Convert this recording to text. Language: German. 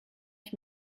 ich